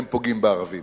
הם פוגעים בערבים.